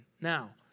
Now